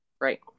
Right